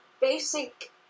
basic